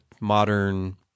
modern